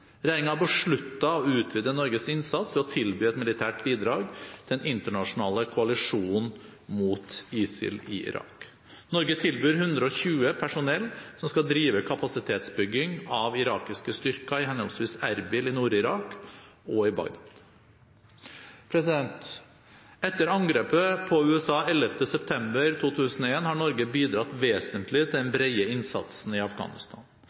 har besluttet å utvide Norges innsats ved å tilby et militært bidrag til den internasjonale koalisjonen mot ISIL i Irak. Norge tilbyr 120 personell som skal drive kapasitetsbygging av irakiske styrker i henholdsvis Erbil i Nord-Irak og i Bagdad. Etter angrepet på USA 11. september 2001 har Norge bidratt vesentlig til den brede innsatsen i Afghanistan.